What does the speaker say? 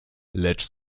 lecz